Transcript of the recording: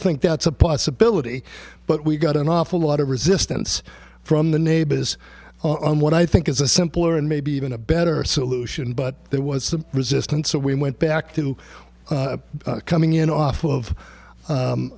think that's a possibility but we got an awful lot of resistance from the neighbors on what i think is a simpler and maybe even a better solution but there was some resistance so we went back to coming in off of